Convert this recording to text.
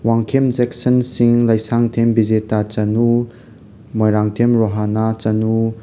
ꯋꯥꯡꯈꯦꯝ ꯖꯦꯛꯁꯟ ꯁꯤꯡ ꯂꯩꯁꯥꯡꯊꯦꯝ ꯕꯤꯖꯦꯇꯥ ꯆꯅꯨ ꯃꯣꯏꯔꯥꯡꯊꯦꯝ ꯔꯣꯍꯅꯥ ꯆꯅꯨ